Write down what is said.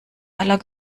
aller